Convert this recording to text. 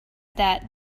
that